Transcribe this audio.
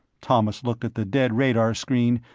thomas looked at the dead radar screen,